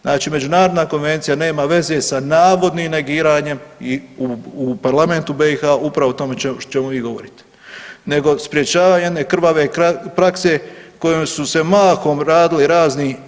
Znači međunarodna konvencija nema veze sa navodnim negiranjem i u parlamentu BiH upravo o tome o čemu vi govorite, nego sprječavanju jedne krvave prakse kojima su se mahom radili razni